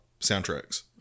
soundtracks